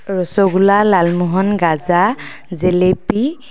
ৰচগোলা লালমোহন গাজা জেলেপি